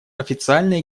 официальное